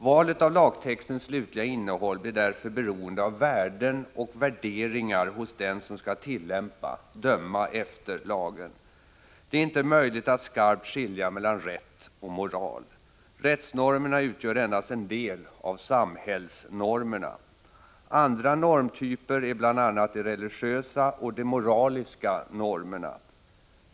Valet av lagtextens slutliga innehåll blir därför beroende av värden och värderingar hos den som skall tillämpa, döma efter, lagen. Det är inte möjligt att skarpt skilja mellan rätt och moral. Rättsnormerna utgör endast en del av samhällsnormerna. Andra normtyper är bl.a. de religiösa och de moraliska normerna.